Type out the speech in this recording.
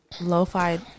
lo-fi